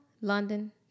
London